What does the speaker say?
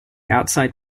outside